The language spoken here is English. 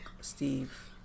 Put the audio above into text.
Steve